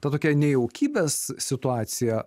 ta tokia nejaukybės situacija